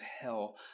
hell